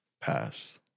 Pass